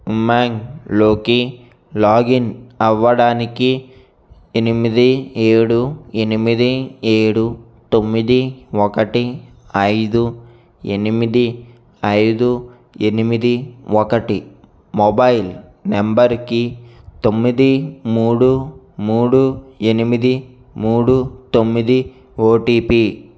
ఉమంగ్లోకి login అవ్వడానికి ఎనిమిది ఏడు ఎనిమిది ఏడు తొమ్మిది ఒకటి ఐదు ఎనిమిది ఐదు ఎనిమిది ఒకటి మొబైల్ నంబర్కి తొమ్మిది మూడు మూడు ఎనిమిది మూడు తొమ్మిది ఓటీపీ